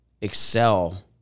excel